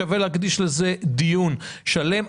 שווה להקדיש לזה דיון שלם.